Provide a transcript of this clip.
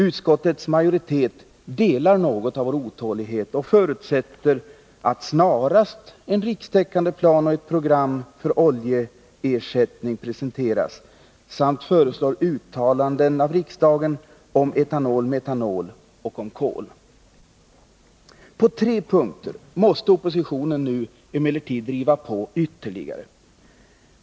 Utskottsmajoriteten delar något av vår otålighet och förutsätter att en rikstäckande plan och ett program för oljeersättning snarast presenteras. Man föreslår ett uttalande av riksdagen om etanol, metanol och om kol. På tre punkter måste emellertid oppositionen nu driva på ytterligare.